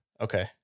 Okay